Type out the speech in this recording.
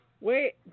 wait